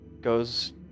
goes